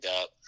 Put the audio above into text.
up